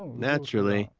naturally,